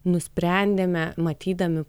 nusprendėme matydami